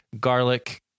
garlic